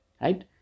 right